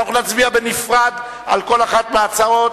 אנחנו נצביע בנפרד על כל אחת מההצעות,